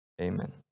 amen